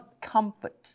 comfort